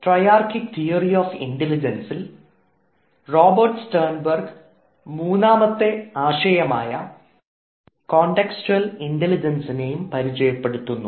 triarchic theory of ഇൻറലിജൻസിൽ triarchic theory of intelligence Robert Sternberg മൂന്നാത്തെ ആശയമായ കൺടെക്ച്വൽ ഇൻറലിജൻസിനെയും പരിചയപ്പെടുത്തുന്നു